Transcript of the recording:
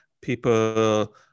people